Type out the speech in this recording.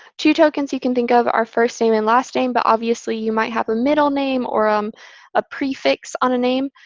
two tokens you can think of are first name and last name. but obviously, you might have a middle name or um a prefix on a name.